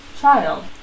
Child